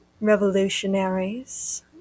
revolutionaries